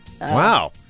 Wow